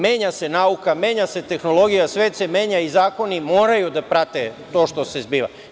Menja se nauka, menja se tehnologija, svet se menja i zakoni moraju da prate to što se zbiva.